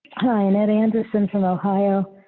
hi matt anderson from ohio.